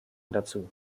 dazu